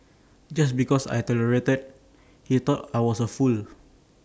just because I tolerated he thought I was A fool